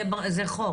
זה חוק.